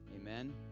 Amen